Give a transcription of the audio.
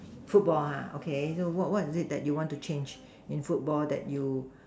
football ah okay so what what is it that you want to change in football that you